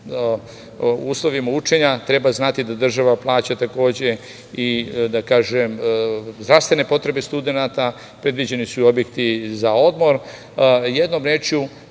o uslovima učenja, treba znati da država plaća takođe i zdravstvene potrebe studenata, predviđeni su objekti za odmor. Jednom rečju,